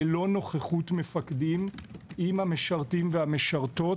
ללא נוכחות מפקדים, עם המשרתים והמשרתות.